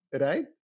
right